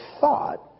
thought